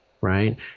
Right